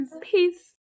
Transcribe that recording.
Peace